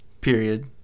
Period